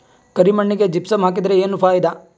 ಕರಿ ಮಣ್ಣಿಗೆ ಜಿಪ್ಸಮ್ ಹಾಕಿದರೆ ಏನ್ ಫಾಯಿದಾ?